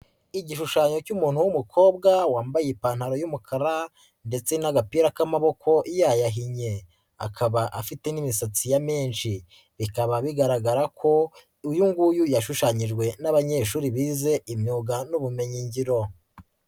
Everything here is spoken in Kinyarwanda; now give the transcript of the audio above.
Igishushanyo cy'umuntu w'umukobwa wambaye ipantaro y'umukara ndetse n'agapira k'amaboko yayahinnye, akaba afite n'imisatsi ya menshi bikaba bigaragara ko uyu nguyu yashushanyijwe n'abanyeshuri bize imyuga n'ubumenyingiro.